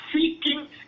seeking